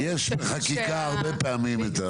יש בחקיקה הרבה פעמים את זה.